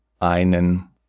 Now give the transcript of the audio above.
einen